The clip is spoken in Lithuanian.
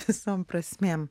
visom prasmėm